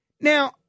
Now